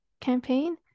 campaign